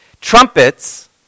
trumpets